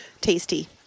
tasty